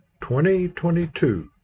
2022